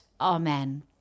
amen